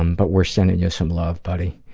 um but we're sending you some love, buddy.